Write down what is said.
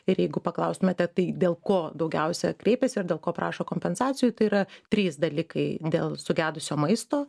ir jeigu paklaustumėte tai dėl ko daugiausia kreipiasi ir dėl ko prašo kompensacijų tai yra trys dalykai dėl sugedusio maisto